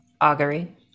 augury